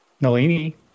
Nalini